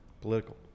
political